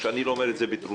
אני לא אומר זאת בטרוניה.